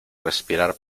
respirar